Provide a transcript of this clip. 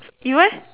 you leh